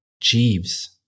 Jeeves